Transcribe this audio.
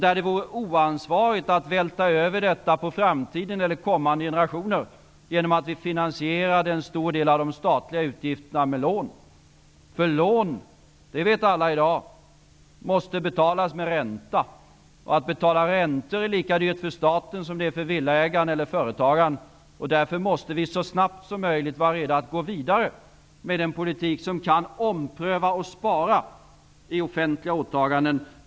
Det vore oansvarigt att vältra över dessa på framtiden och kommande generationer genom att finansiera en stor del av de statliga utgifterna med lån. I dag vet ju alla att lån måste betalas med ränta. Och att betala räntor är lika dyrt för staten som för villaägare och företagare. Därför måste vi så snabbt som möjligt vara redo att gå vidare med den politik som innebär att vi kan ompröva och spara i offentliga åtaganden.